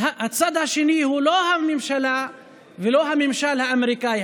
הצד השני הוא לא הממשלה ולא הממשל האמריקני,